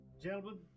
Gentlemen